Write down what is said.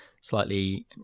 slightly